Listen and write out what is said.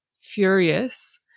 furious